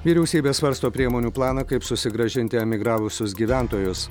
vyriausybė svarsto priemonių planą kaip susigrąžinti emigravusius gyventojus